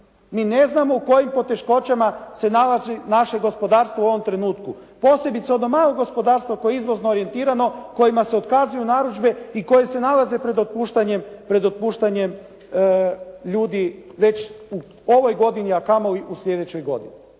Mi ne znamo u kojim poteškoćama se nalazi naše gospodarstvo u ovom trenutku. Posebice od onog malog gospodarstva koje je izvozno orijentirano, kojima se otkazuju narudžbe i koji se nalaze pred otpuštanjem ljudi već u ovoj godini, a kamoli u sljedećoj godini.